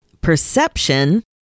perception